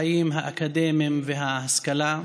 מסלול החיים האקדמיים וההשכלה,